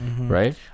Right